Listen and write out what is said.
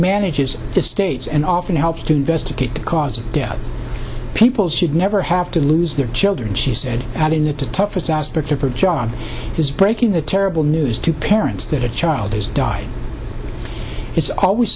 manages estates and often helps to investigate the cause of death its people should never have to lose their children she said adding the toughest aspect of her job is breaking the terrible news to parents that a child has died it's always